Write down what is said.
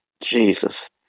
Jesus